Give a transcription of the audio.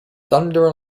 thunder